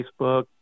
Facebook